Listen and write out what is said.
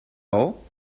all